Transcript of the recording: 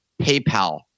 PayPal